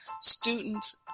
students